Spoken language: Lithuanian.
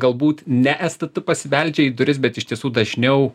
galbūt ne stt pasibeldžia į duris bet iš tiesų dažniau